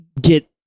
get